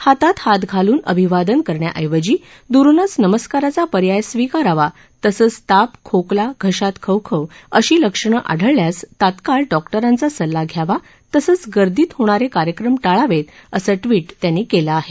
हातात हात घालून अभिवादन करण्याऐवजी द्रुनच नमस्काराचा पर्याय स्वीकारावा तसंच ताप खोकला घशात खवखव अशी लक्षणं आढळल्यास तात्काळ डॉक्टारांचा सल्ला घ्यावा तसंच गर्दी होणारे कार्यक्रम टाळावे असं ट्विट त्यांनी केलं आहे